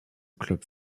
club